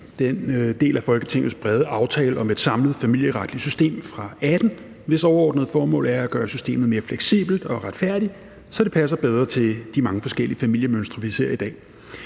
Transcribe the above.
den del af Folketingets brede aftale om et samlet familieretligt system fra 2018, hvis overordnede formål er at gøre systemet mere fleksibelt og retfærdigt, så det passer bedre til de mange forskellige familiemønstre, vi ser i dag,